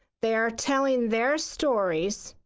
they are telling their stories,